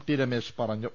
T Ramesh പറഞ്ഞു